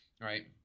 right